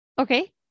Okay